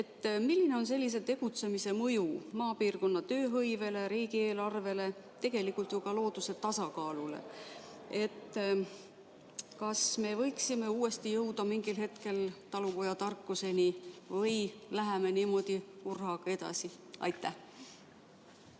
Milline on sellise tegutsemise mõju maapiirkonna tööhõivele, riigieelarvele ja tegelikult ju ka looduse tasakaalule? Kas me võiksime uuesti jõuda mingil hetkel talupojatarkuseni või lähemegi niimoodi hurraaga edasi? Aitäh,